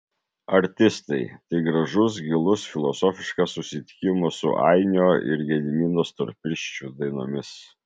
artistai tai gražus gilus filosofiškas susitikimas su ainio ir gedimino storpirščių dainomis